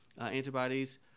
antibodies